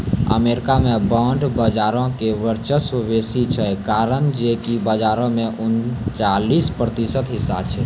America मे bond बजारो के वर्चस्व बेसी छै, कारण जे कि बजारो मे उनचालिस प्रतिशत हिस्सा छै